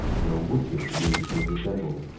in a wicked league with the devil.